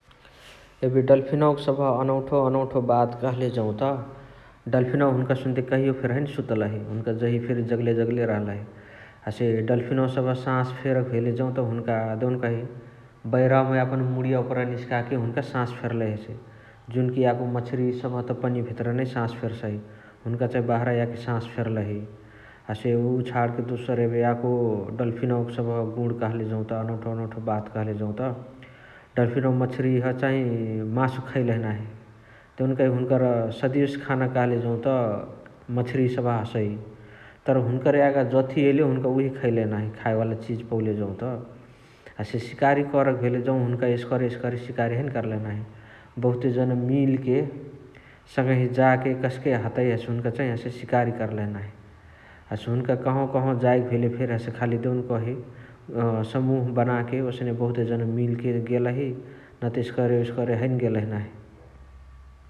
एबे डल्फिनवक सबह अनौथो अनौथो बात कहाँले जौत डल्फिनवा हुनुका सुन्ते कहियो फेरी हैने सुतलही । हुनुका जहिया फेरी जगले जगले रहलही । हसे डल्फिनवा सबह सास फेरके भेले जौत देउनकही बैरावमा यापन मुणिया ओपरा निसकाके हुन्क सास फेर्लही । हुनकी याको माछारिया सबहत पनिया भेतरा सास फेर्साइ हुन्का चाइ बहरा याके सास फेर्लही । हसे उअ छणके दोसर एबे याको डल्फिनवक सबह गुण कहले जौत अनौथो अनुथो बात कहले जौत दल्फिनवा माछारियाह चाही मासु खैलही नाही । देउनकही हुनुकर सदियोसे खाना कहाँले जौत माछारिया सबह हसइ । तर हुन्करा यागा जथी एले हुन्का उहे खैलही नाही खाए वाला चिजु पौले जौत । हसे सिकारी करके भेले हुन्का एस्करे एस्करे सिकारी हैने कर्लही नाही । बहुते जना मिलके सँगही जाके कस्के हतइ हसे हुन्का चाइ हसे सिकारी कर्लही नाही । हसे हुन्का कहवा कहवा जाएके भेले देउनकही अ समुहा बनाके ओसने बहुते जना मिलके गेलही नते एसकरे ओसकरे हैने गेलही नाही ।